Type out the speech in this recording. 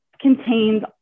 contains